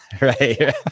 Right